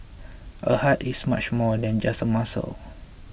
a heart is much more than just a muscle